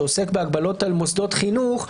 שעוסק בהגבלות על מוסדות חינוך.